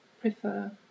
prefer